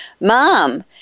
mom